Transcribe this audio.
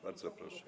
Bardzo proszę.